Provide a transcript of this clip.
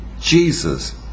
Jesus